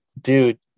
dude